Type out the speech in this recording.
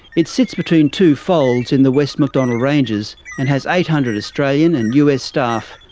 it sits between two folds in the west macdonnell ranges, and has eight hundred australian and us staff,